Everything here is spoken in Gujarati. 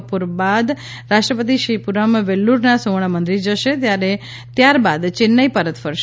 બપોર બાદ રાષ્ટ્રપતિ શ્રીપુરમ વેલ્લુરના સુવર્ણ મંદીર જશે અને ત્યારબાદ ચેન્નાઇ પરત ફરશે